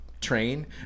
train